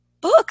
book